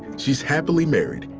she is happily married,